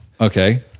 Okay